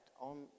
on